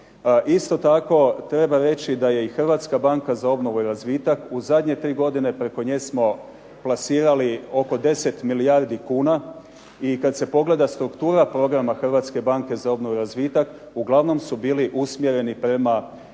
Isto tako, treba reći da je i Hrvatska banka za obnovu i razvitak u zadnje tri godine preko nje smo plasirali oko 10 milijardi kuna i kad se pogleda struktura programa Hrvatske banke za obnovu i razvitak uglavnom su bili usmjereni prema